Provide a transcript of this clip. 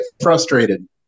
frustrated